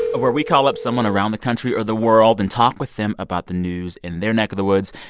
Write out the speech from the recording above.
where we call up someone around the country or the world and talk with them about the news in their neck of the woods.